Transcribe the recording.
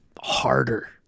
harder